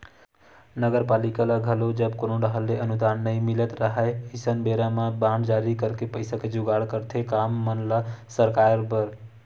नगरपालिका ल घलो जब कोनो डाहर ले अनुदान नई मिलत राहय अइसन बेरा म बांड जारी करके पइसा के जुगाड़ करथे काम मन ल सरकाय बर